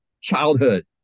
childhood